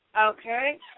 Okay